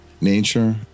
Nature